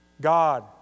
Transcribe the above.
God